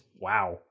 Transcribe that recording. Wow